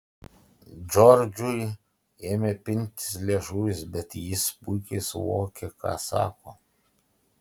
džordžui ėmė pintis liežuvis bet jis puikiai suvokė ką sako